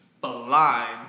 blind